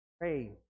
pray